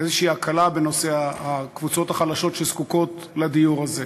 איזו הקלה בנושא הקבוצות החלשות שזקוקות לדיור הזה.